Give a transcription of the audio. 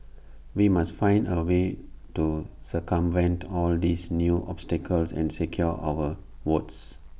we must find A way to circumvent all these new obstacles and secure our votes